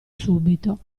subito